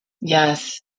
Yes